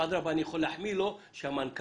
אני יכול להחמיא שהמנכ"ל,